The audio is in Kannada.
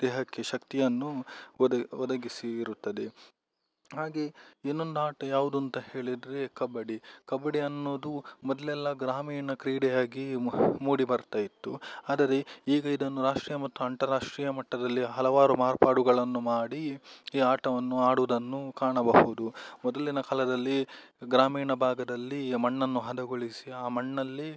ದೇಹಕ್ಕೆ ಶಕ್ತಿಯನ್ನು ಒದಗಿಸಿ ಇರುತ್ತದೆ ಹಾಗೆ ಇನ್ನೊಂದಾಟ ಯಾವುದು ಅಂತ ಹೇಳಿದರೆ ಕಬಡ್ಡಿ ಕಬಡ್ಡಿ ಅನ್ನೋದು ಮೊದಲೆಲ್ಲ ಗ್ರಾಮೀಣ ಕ್ರೀಡೆಯಾಗಿ ಮೂಡಿ ಬರ್ತಾಯಿತ್ತು ಆದರೆ ಈಗ ಇದನ್ನು ರಾಷ್ಟ್ರೀಯ ಮತ್ತು ಅಂತರಾಷ್ಟ್ರೀಯ ಮಟ್ಟದಲ್ಲಿ ಹಲವಾರು ಮಾರ್ಪಾಡುಗಳನ್ನು ಮಾಡಿ ಈ ಆಟವನ್ನು ಆಡೋದನ್ನು ಕಾಣಬಹುದು ಮೊದಲಿನ ಕಾಲದಲ್ಲಿ ಗ್ರಾಮೀಣ ಭಾಗದಲ್ಲಿ ಮಣ್ಣನ್ನು ಹದಗೊಳಿಸಿ ಆ ಮಣ್ಣಲ್ಲಿ